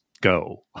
go